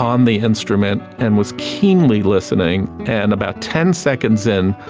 on the instrument and was keenly listening. and about ten seconds in,